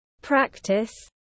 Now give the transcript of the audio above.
practice